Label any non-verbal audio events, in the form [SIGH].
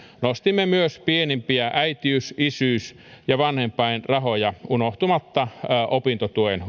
nostimme myös pienimpiä äitiys isyys ja vanhempainrahoja unohtamatta opintotuen [UNINTELLIGIBLE]